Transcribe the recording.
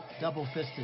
Double-fisted